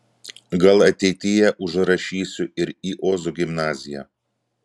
gal ateityje užrašysiu ir į ozo gimnaziją